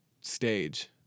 stage